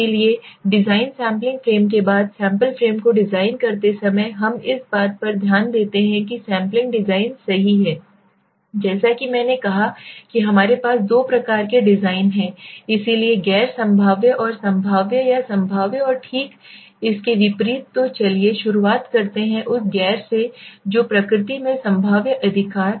इसलिए design sampling frame के बाद सैंपल फ्रेम को डिजाइन करते समय हम इस पर ध्यान देते हैं सैंपलिंग डिज़ाइन सही है जैसा कि मैंने कहा कि हमारे पास दो प्रकार के डिज़ाइन हैं इसलिए गैर संभाव्य और संभाव्य या संभाव्य और ठीक इसके विपरीत तो चलिए शुरुआत करते हैं उस गैर से जो प्रकृति में संभाव्य अधिकार